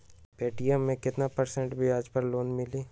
Paytm मे केतना percent ब्याज पर लोन मिली?